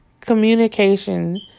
communication